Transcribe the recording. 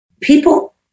People